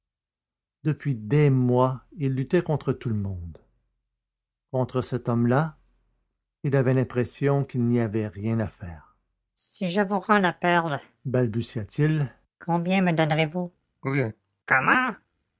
depuis des mois il luttait contre tout le monde contre cet homme-là il avait l'impression qu'il n'y avait rien à faire si je vous rends la perle balbutia-t-il combien me donnerez-vous rien comment